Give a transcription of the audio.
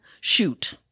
shoot